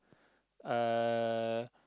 uh